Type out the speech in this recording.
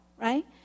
right